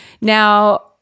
Now